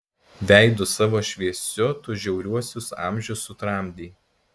veidu savo šviesiu tu žiauriuosius amžius sutramdei